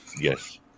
Yes